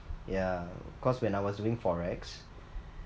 ya cause when I was doing FOREX